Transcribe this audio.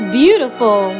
beautiful